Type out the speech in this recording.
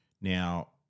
Now